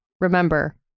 remember